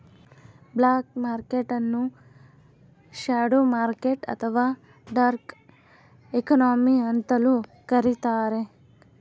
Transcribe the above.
block market ನ್ನು shadow market ಅಥವಾ dark economy ಅಂತಲೂ ಕರಿತಾರೆ